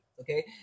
okay